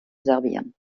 serbien